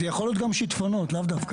זה יכול להיות גם שטפונות, לאו דווקא.